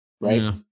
right